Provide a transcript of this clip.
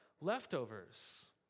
leftovers